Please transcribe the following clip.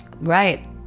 right